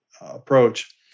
approach